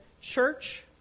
church